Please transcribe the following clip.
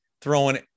throwing